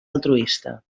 altruista